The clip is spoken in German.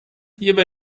hierbei